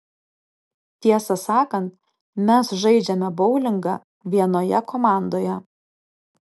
tiesą sakant mes žaidžiame boulingą vienoje komandoje